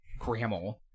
Grammel